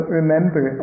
remember